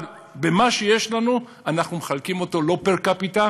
אבל במה שיש לנו אנחנו מחלקים לא פר-קפיטה